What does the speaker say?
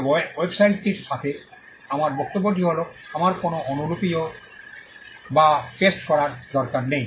তবে ওয়েবসাইটটির সাথে আমার বক্তব্যটি হল আমার কোনও অনুলিপি বা পেস্ট করার দরকার নেই